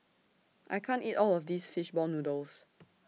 I can't eat All of This Fish Ball Noodles